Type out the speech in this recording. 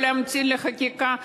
לא להמתין לחקיקה,